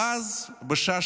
ואז בשעה